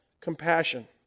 compassion